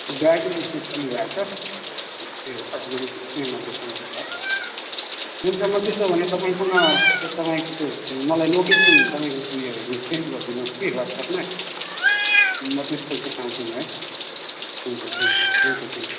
गाडी चाहिँ चलिरहेको छ त्यही हो अलिकति त्यसकै मात्र समस्या हो हुन्छ म त्यसो भने तपाईसँग तपाईँको त्यो मलाई लोकेसन तपाईँको उयो सेन्ड गरिदिनुहोस् कि वाट्सएपमा म त्यसपछि आउ छु नि है हुन्छ थ्याङ्कयू हुन्छ थ्याङ्कयू